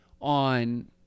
on